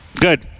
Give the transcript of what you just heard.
Good